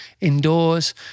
indoors